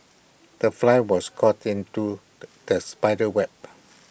the fly was caught into the spider's web